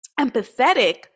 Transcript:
empathetic